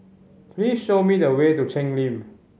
please show me the way to Cheng Lim